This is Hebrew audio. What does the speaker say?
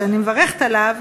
שאני מברכת עליו,